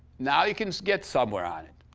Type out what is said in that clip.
now you can get somewhere on it.